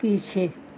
पीछे